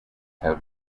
have